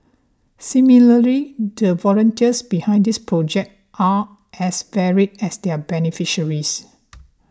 similarly the volunteers behind this project are as varied as their beneficiaries